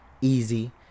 easy